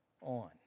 on